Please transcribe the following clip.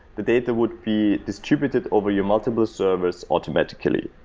the data would be distributed over your multiple servers automatically.